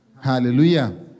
hallelujah